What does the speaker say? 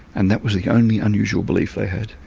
and that was the only unusual belief they had,